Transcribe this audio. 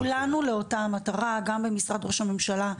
כולנו לאותה המטרה גם במשרד ראש הממשלה,